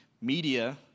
media